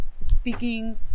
speaking